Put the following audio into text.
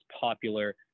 popular